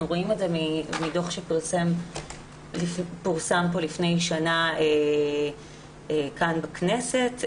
רואים את זה מדוח שפורסם פה לפני שנה כאן בכנסת,